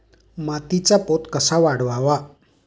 मातीचा पोत कसा वाढवावा?